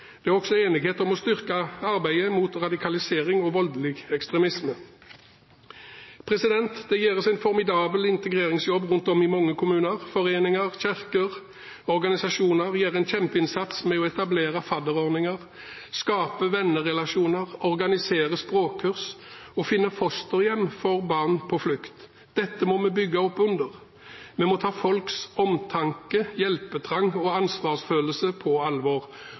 Det er også enighet om å styrke arbeidet mot radikalisering og voldelig ekstremisme. Det gjøres en formidabel integreringsjobb rundt om i mange kommuner. Foreninger, kirker og organisasjoner gjør en kjempeinnsats med å etablere fadderordninger, skape vennerelasjoner, organisere språkkurs og finne fosterhjem for barn på flukt. Dette må vi bygge opp under. Vi må ta folks omtanke, hjelpetrang og ansvarsfølelse på alvor.